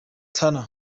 turner